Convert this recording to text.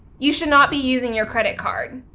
you should not be using your credit card